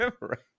Right